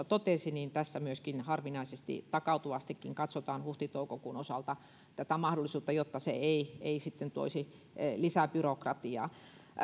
totesi niin tässä myöskin harvinaisesti takautuvastikin katsotaan huhti toukokuun osalta tätä mahdollisuutta jotta se ei ei sitten toisi lisää byrokratiaa